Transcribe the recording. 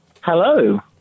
Hello